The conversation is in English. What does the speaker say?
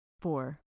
Four